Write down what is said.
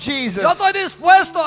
Jesus